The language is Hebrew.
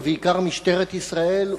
ובעיקר משטרת ישראל,